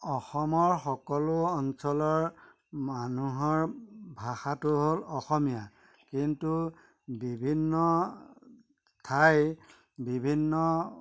অসমৰ সকলো অঞ্চলৰ মানুহৰ ভাষাটো হ'ল অসমীয়া কিন্তু বিভিন্ন ঠাই বিভিন্ন